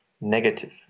negative